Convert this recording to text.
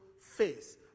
face